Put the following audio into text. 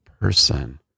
person